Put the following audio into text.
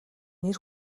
нэр